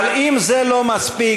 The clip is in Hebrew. אבל אם זה לא מספיק,